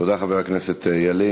תודה, חבר הכנסת ילין.